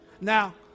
Now